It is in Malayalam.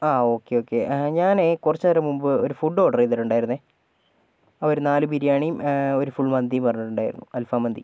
ആ ഓക്കെ ഓക്കെ ഞാനെ കുറച്ചു നേരം മുൻപ് ഒരു ഫുഡ് ഓർഡർ ചെയ്തിട്ടുണ്ടായിരുന്നു ഒരു നാലു ബിരിയാണിയും ഒരു ഫുൾ മന്തിയും പറഞ്ഞിട്ടുണ്ടായിരുന്നു അൽഫം മന്തി